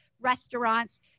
restaurants